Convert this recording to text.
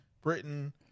Britain